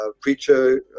preacher